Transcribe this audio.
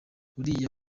uriya